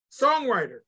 songwriter